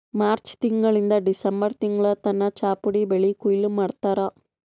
March ತಿಂಗಳಿಂದ್ December ತಿಂಗಳ್ ತನ ಚಾಪುಡಿ ಬೆಳಿ ಕೊಯ್ಲಿ ಮಾಡ್ತಾರ್